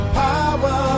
power